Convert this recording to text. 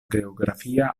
geografia